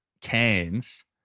cans